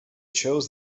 chose